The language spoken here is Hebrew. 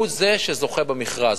הוא זה שזוכה במכרז,